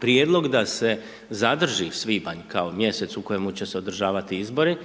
prijedlog da se zadrži svibanj kao mjesec u kojemu će se održavati izbori,